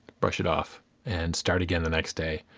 brush it off and start again the next day.